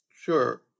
Sure